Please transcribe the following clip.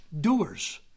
doers